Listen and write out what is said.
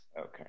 Okay